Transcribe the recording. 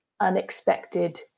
unexpected